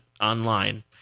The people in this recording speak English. online